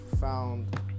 found